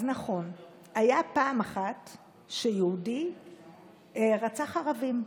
אז נכון, הייתה פעם אחת שיהודי רצח ערבים,